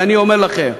ואני אומר לכם,